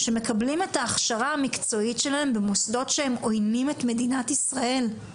שמקבלים את ההכשרה המקצועית שלהם במוסדות שהם עויינים את מדינת ישראל.